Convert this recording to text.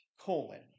colon